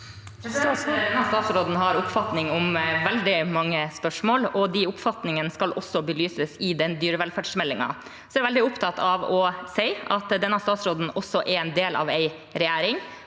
statsråd- en har oppfatninger om veldig mange spørsmål, og de oppfatningene skal også belyses i den dyrevelferdsmeldingen. Jeg er veldig opptatt av å si at denne statsråden også er en del av en regjering